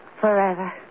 Forever